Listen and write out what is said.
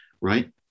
Right